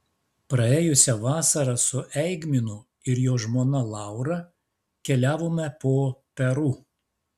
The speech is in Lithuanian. praėjusią vasarą su eigminu ir jo žmona laura keliavome po peru